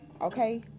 okay